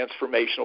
transformational